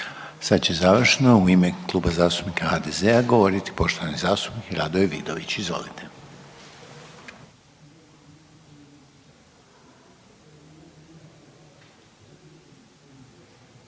Sad će završno u ime Kluba zastupnika HDZ-a govoriti poštovani zastupnik Radoje Vidović. Izvolite.